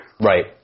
Right